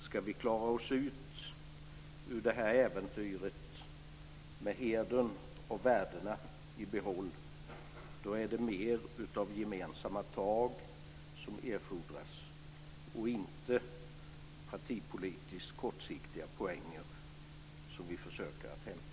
Ska vi klara oss ur det här äventyret med hedern och värdena i behåll är det mer av gemensamma tag som erfordras och inte att vi försöker hämta partipolitiskt kortsiktiga poänger.